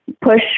push